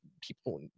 people